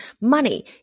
money